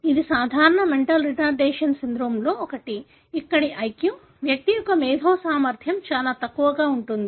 ఇది సాధారణ mental retardation సిండ్రోమ్లలో ఒకటి ఇక్కడ IQ వ్యక్తి యొక్క మేధో సామర్థ్యం చాలా తక్కువ గా ఉంటుంది